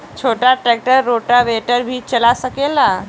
छोटा tractor rotavator भी चला सकेला?